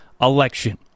election